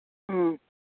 ꯎꯝ